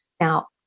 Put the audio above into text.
Now